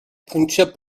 pwyntiau